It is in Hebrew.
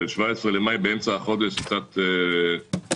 17 באמצעי החודש זה קצת קשה.